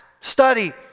study